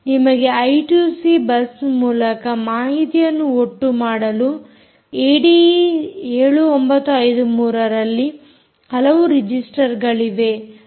ನಿಮಗೆ I two C bus ಮೂಲಕ ಮಾಹಿತಿಯನ್ನು ಒಟ್ಟುಮಾಡಲು ಏಡಿಈ 7953 ರಲ್ಲಿ ಹಲವು ರಿಜಿಸ್ಟರ್ಗಳಿವೆ